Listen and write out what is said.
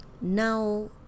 Now